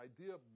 idea